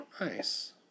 Nice